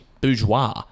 bourgeois